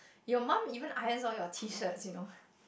your mum even irons all your tee shirts you know